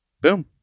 Boom